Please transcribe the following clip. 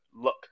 look